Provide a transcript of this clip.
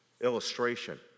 illustration